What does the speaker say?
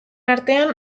artean